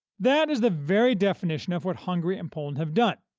that is the very definition of what hungary and poland have done,